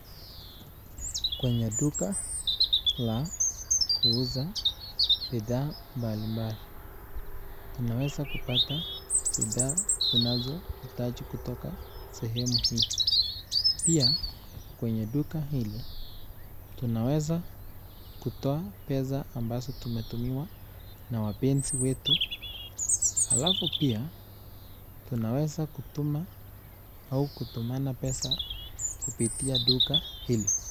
Kwenye duka la kuuza bidhaa mbali mbali. Tunaweza kupata bidhaa tunazohitaji kutoka sehemu hii. Pia kwenye duka hili tunaweza kutoa pesa ambazo tumemiwa na wapenzi wetu, alafu pia tunaweza kutuma au kutumana pesa kupitia duka hili.